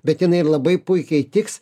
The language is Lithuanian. bet jinai labai puikiai tiks